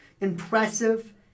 impressive